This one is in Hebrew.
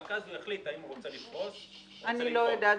רק אז הוא יחליט האם הוא רוצה לפרוס --- אני לא יודעת,